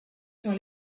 sur